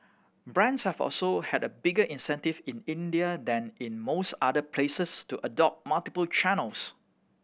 brands have also had a bigger incentive in India than in most other places to adopt multiple channels